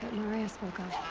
marea spoke of.